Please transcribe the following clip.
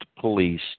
police